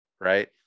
Right